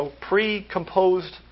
pre-composed